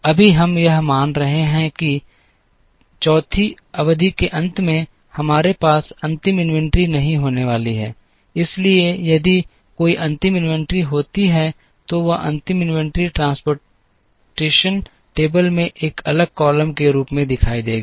अभी हम यह मान रहे हैं कि 4 वीं अवधि के अंत में हमारे पास अंतिम इन्वेंट्री नहीं होने वाली है इसलिए यदि कोई अंतिम इन्वेंट्री होती है तो वह अंतिम इन्वेंट्री ट्रांसपोर्टेशन टेबल में एक अन्य कॉलम के रूप में दिखाई देगी